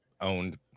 owned